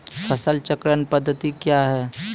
फसल चक्रण पद्धति क्या हैं?